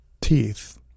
teeth